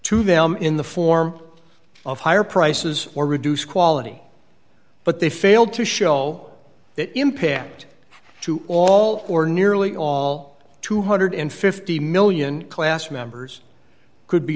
to them in the form of higher prices or reduce quality but they failed to show that impact to all or nearly all two hundred and fifty million class members could be